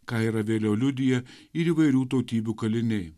ką yra vėliau liudiję ir įvairių tautybių kaliniai